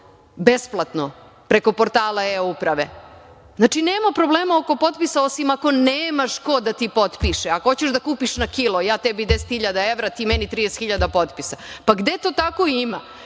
besplatno, preko portala e-Uprave. Znači, nema problema oko potpisa, osim ako nemaš ko da ti potpiše, ako hoćeš da kupiš na kilo, ja tebi 10.000 evra, ti meni 30.000 potpisa. Pa gde to tako ima?